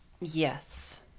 Yes